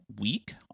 week